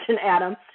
Adam